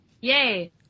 Yay